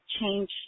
change